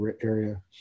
area